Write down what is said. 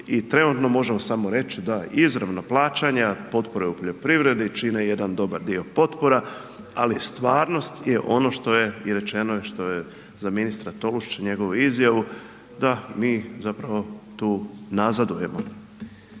i trenutno možemo samo reći da izravno plaćanja potpore u poljoprivredi čine jedan dobar dio potpora ali stvarnost je ono što je i rečeno i što je za ministra Tolušića i njegovu izjavu da mi zapravo tu nazadujemo.